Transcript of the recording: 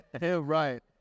Right